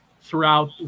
throughout